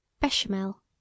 Bechamel